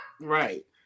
Right